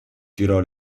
tirò